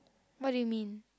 what do you mean